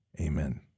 amen